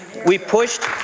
we've pushed